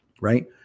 right